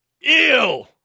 Ew